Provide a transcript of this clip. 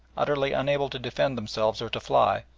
utterly unable to defend themselves or to fly,